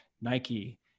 Nike